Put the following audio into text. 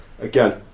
again